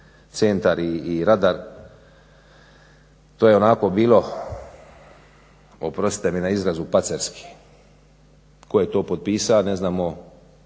centar i radar, to je onako bilo oprostite mi na izrazu pacerski. Tko je to potpisao? Ne znamo.